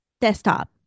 desktop